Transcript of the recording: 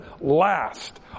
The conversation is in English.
last